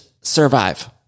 survive